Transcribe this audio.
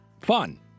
fun